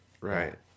right